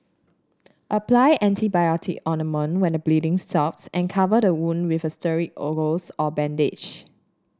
apply antibiotic ointment when the bleeding stops and cover the wound with a sterile gauze or bandage